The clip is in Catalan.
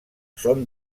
són